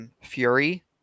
Fury